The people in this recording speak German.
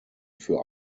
für